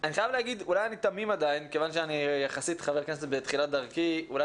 אולי אני תמים עדיין כיוון שיחסית אני חבר כנסת בתחילת דרכי ואולי